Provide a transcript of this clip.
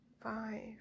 five